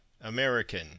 American